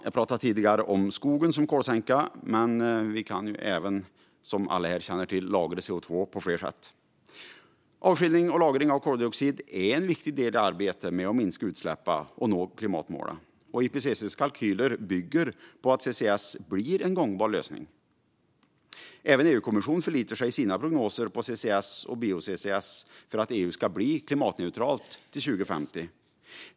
Jag pratade tidigare om skogen som kolsänka, men vi kan ju, som alla här känner till, lagra CO2 på fler sätt. Avskiljning och lagring av koldioxid är en viktig del i arbetet med att minska utsläppen och nå klimatmålen. IPCC:s kalkyler bygger på att CCS blir en gångbar lösning. Även EU-kommissionen förlitar sig i sina prognoser på CCS och bio-CCS för att EU ska bli klimatneutralt till 2050.